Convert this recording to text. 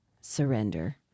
surrender